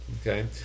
Okay